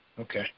Okay